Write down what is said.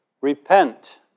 Repent